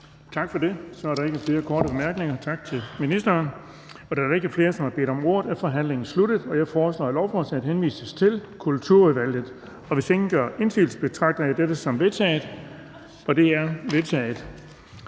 Tak for det. Så er der ikke flere korte bemærkninger. Tak til ministeren. Da der ikke er flere, som har bedt om ordet, er forhandlingen sluttet. Jeg foreslår, at lovforslaget henvises til Kulturudvalget. Hvis ingen gør indsigelse, betragter jeg dette som vedtaget. Det er vedtaget.